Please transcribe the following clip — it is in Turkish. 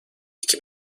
iki